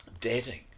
dating